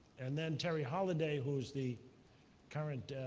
and then terry holliday, who's the current